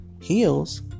Heels